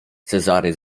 cezary